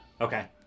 Okay